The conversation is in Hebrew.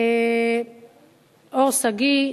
אור שגיא,